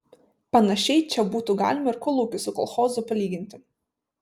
panašiai čia būtų galima ir kolūkį su kolchozu palyginti